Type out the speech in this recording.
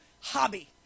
hobby